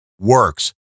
works